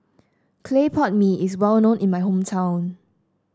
Clay Pot Mee is well known in my hometown